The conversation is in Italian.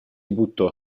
buttò